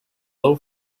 low